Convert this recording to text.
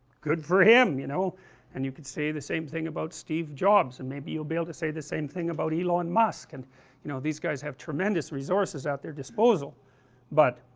good for him you know and you could say the same thing about steve jobs and maybe you will be able to say the same thing about elon musk, and you know, these guys have tremendous resources at their diposal but